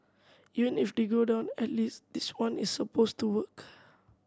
even if they go down at least this one is supposed to work